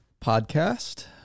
podcast